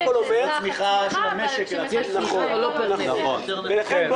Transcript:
אבל כשמחלקים --- ולכן,